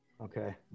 Okay